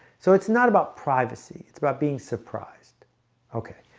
so it's not about privacy it's about being surprised okay.